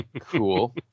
cool